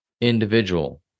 individual